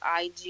IG